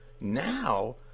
Now